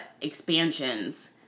expansions